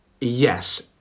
Yes